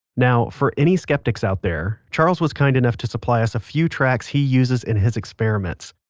now, for any skeptics out there, charles was kind enough to supply us a few tracks he uses in his experiments.